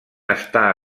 està